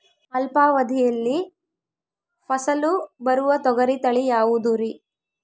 ಅಲ್ಪಾವಧಿಯಲ್ಲಿ ಫಸಲು ಬರುವ ತೊಗರಿ ತಳಿ ಯಾವುದುರಿ?